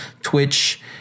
Twitch